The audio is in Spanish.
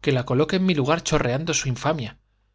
que la su coloque en mi lugar chorreando su infamia